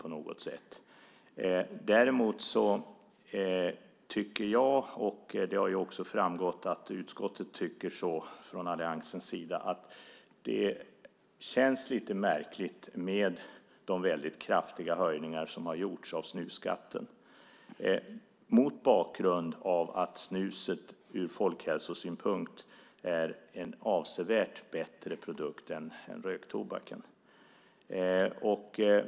Jag och, som det har framgått, alliansen i utskottet tycker att det känns lite märkligt med de väldigt kraftiga höjningar som har gjorts av snusskatten mot bakgrund av att snus ur folkhälsosynpunkt är en avsevärt bättre produkt än röktobak.